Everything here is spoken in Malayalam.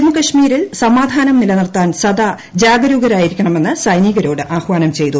ജമ്മു കശ്മീരിൽ സമാധാനം നിലനിർത്താൻ സദാജാഗരൂകരാകണമെന്ന് സൈനികരോട് ആഹ്വാനം ചെയ്തു